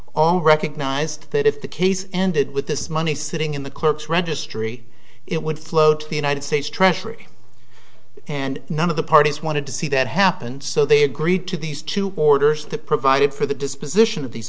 all recognized that if the case ended with this money sitting in the clerk's registry it would flow to the united states treasury and none of the parties wanted to see that happen so they agreed to these two orders that provided for the disposition of these